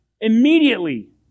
Immediately